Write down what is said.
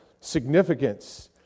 significance